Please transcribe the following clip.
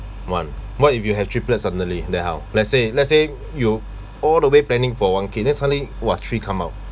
one what if you have triplets suddenly then how let's say let's say you all the way planning for one kid then suddenly !wah! three come out